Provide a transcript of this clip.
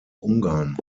ungarn